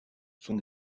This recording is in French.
sont